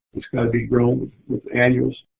it's got to be grown with with annuals,